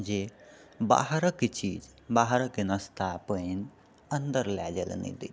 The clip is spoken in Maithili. जे बाहरक चीज बाहरके नाश्ता पानि अन्दर लए जाइले नहि देइत अछि